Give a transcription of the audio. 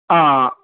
آ